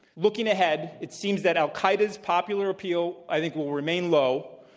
looking ahead, it seems that al-qaida's popular appeal, i think, will remain low,